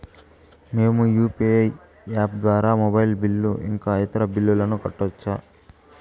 మేము UPI app ద్వారా mobile bill ఇంకా ఇతర బిల్లులను కట్టొచ్చు